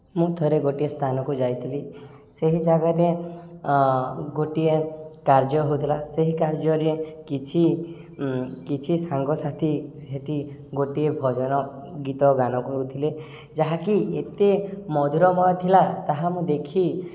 ମୁଁ ଥରେ ଗୋଟିଏ ସ୍ଥାନକୁ ଯାଇଥିଲି ସେହି ଜାଗାରେ ଗୋଟିଏ କାର୍ଯ୍ୟ ହେଉଥିଲା ସେହି କାର୍ଯ୍ୟରେ କିଛି କିଛି ସାଙ୍ଗସାଥି ସେଇଠି ଗୋଟିଏ ଭଜନ ଗୀତ ଗାନ କରୁଥିଲେ ଯାହାକି ଏତେ ମଧୁରମୟ ଥିଲା ତାହା ମୁଁ ଦେଖି